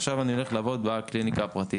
עכשיו אני הולך לעבוד בקליניקה הפרטית.